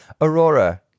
Aurora